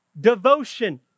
devotion